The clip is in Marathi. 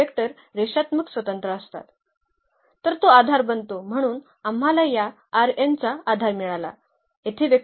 या दिलेल्या वेक्टरचा रेषात्मक संयोजन म्हणून शकतो